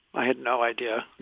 i had no idea.